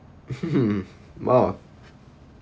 !wow!